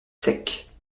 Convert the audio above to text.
sec